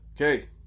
Okay